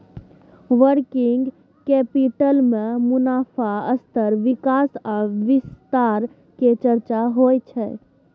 working capital में मुनाफ़ा स्तर विकास आ विस्तार के चर्चा होइ छइ